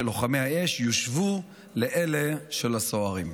של לוחמי האש יושוו לאלה של הסוהרים.